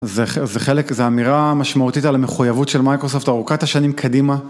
זה ח-זה חלק, זה אמירה... משמעותית על המחויבות של מייקרוספט ארוכת השנים קדימה.